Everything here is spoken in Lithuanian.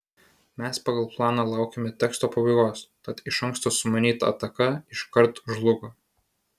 mes pagal planą laukėme teksto pabaigos tad iš anksto sumanyta ataka iškart žlugo